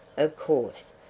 of course,